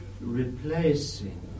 replacing